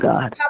God